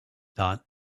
thought